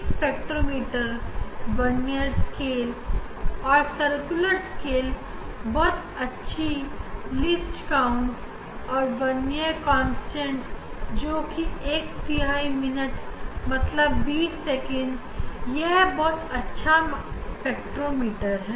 हमारे इस स्पेक्ट्रोमीटर का वरनियर स्केल और सर्कुलर स्केल लिस्ट काउंट अच्छा है और वरनियर कांस्टेंट जो कि एक तिहाई मिनट मतलब 20 सेकंड है जो यह दर्शाता है कि यह बहुत अच्छा स्पेक्ट्रोमीटर है